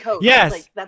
yes